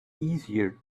easier